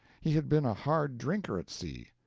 he had been a hard drinker at sea,